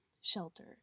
shelter